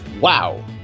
wow